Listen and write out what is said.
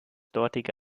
dortige